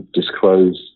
disclose